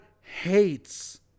hates